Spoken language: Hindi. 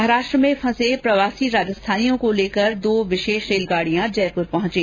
महाराष्ट्र में फंसे प्रवासी राजस्थानियों को लेकर कल दो विशेष रेलगाडियां जयपुर पहुंची